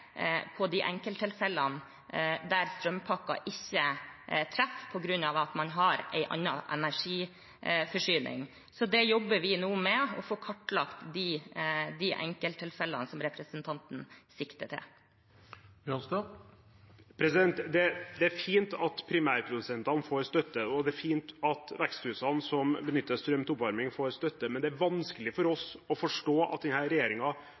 på de enkelttilfellene der strømpakken ikke treffer på grunn av at man har en annen energiforsyning. Så vi jobber nå med å få kartlagt de enkelttilfellene som representanten sikter til. Det er fint at primærprodusentene får støtte, og det er fint at veksthusene som benytter strøm til oppvarming, får støtte. Men det er vanskelig for oss å forstå at